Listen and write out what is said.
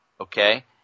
okay